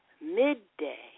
midday